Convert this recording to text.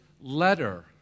letter